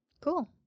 Cool